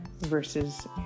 versus